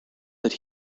that